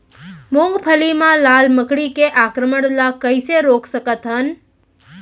मूंगफली मा लाल मकड़ी के आक्रमण ला कइसे रोक सकत हन?